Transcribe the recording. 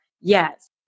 yes